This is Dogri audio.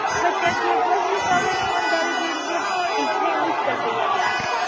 बच्चें दा सिलेबस कवर नी होंदा ऐ ते फ्ही इंदे टीचरें मुश्कल पेई जंदा